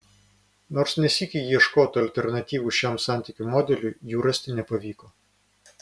nors ne sykį ieškota alternatyvų šiam santykių modeliui jų rasti nepavyko